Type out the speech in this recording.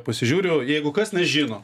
pasižiūriu jeigu kas nežino